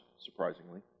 surprisingly